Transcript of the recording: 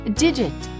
digit